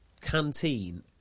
canteen